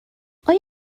آیا